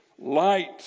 light